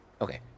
Okay